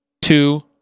Two